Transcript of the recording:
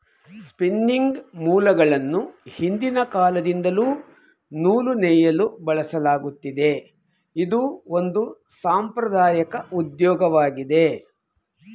spinning ಮೂಲ್ಗಳನ್ನು ಹಿಂದಿನ ಕಾಲದಿಂದಲ್ಲೂ ನೂಲು ನೇಯಲು ಬಳಸಲಾಗತ್ತಿದೆ, ಇದು ಒಂದು ಸಾಂಪ್ರದಾಐಕ ಉದ್ಯೋಗವಾಗಿದೆ